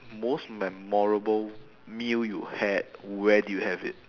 most memorable meal you had where did you have it